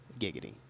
Giggity